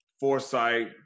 Foresight